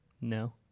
No